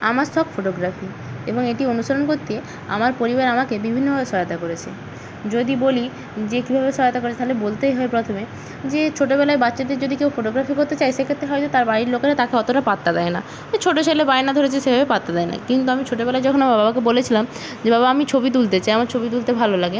আমার সব ফোটোগ্রাফি এবং এটি অনুসরণ করতে আমার পরিবার আমাকে বিভিন্নভাবে সহায়তা করেছে যদি বলি যে কীভাবে সহায়তা করেছে তাহলে বলতেই হয় প্রথমে যে ছোটোবেলায় বাচ্ছাদের যদি কেউ ফোটোগ্রাফি করতে চায় সেক্ষেত্রে হয়তো তার বাড়ির লোকেরা তাকে অতটা পাত্তা দেয় না যে ছোটো ছেলে বায়না ধরেছে সেভাবে পাত্তা দেয় না কিন্তু আমি ছোটোবেলায় যখন আমার বাবাকে বলেছিলাম যে বাবা আমি ছবি তুলতে চাই আমার ছবি তুলতে ভালো লাগে